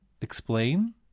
explain